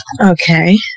Okay